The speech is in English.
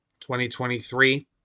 2023